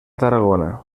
tarragona